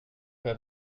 pas